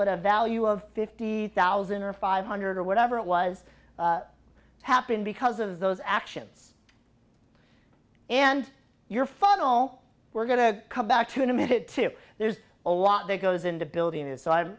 but a value of fifty thousand or five hundred or whatever it was happened because of those actions and your funnel we're going to come back to in a minute to there's a lot that goes into building is so i'm